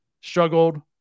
struggled